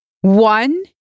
one